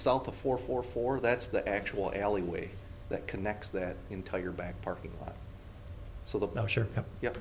south a four four four that's the actual alleyway that connects that entire back parking lot